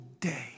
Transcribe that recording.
day